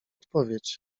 odpowiedź